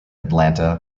atlanta